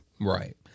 Right